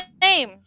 name